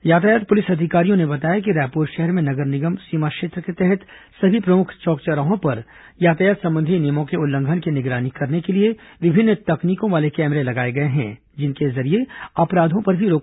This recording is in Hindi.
यातायात पुलिस अधिकारियों ने बताया कि रायपुर शहर में नगर निगम सीमा क्षेत्र के तहत सभी प्रमुख चौक चौराहों पर यातायात संबंधी नियमों के उल्लंघन की निगरानी करने के लिए विभिन्न तकनीकों वाले कैमरे लगाए गए हैं जिनके जरिये अपराधों पर भी रोक लगाने में मदद मिल रही है